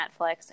Netflix